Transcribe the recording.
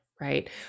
right